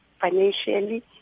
financially